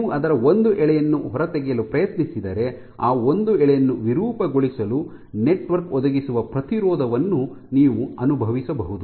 ನೀವು ಅದರ ಒಂದು ಎಳೆಯನ್ನು ಹೊರತೆಗೆಯಲು ಪ್ರಯತ್ನಿಸಿದರೆ ಆ ಒಂದು ಎಳೆಯನ್ನು ವಿರೂಪಗೊಳಿಸಲು ನೆಟ್ವರ್ಕ್ ಒದಗಿಸುವ ಪ್ರತಿರೋಧವನ್ನು ನೀವು ಅನುಭವಿಸಬಹುದು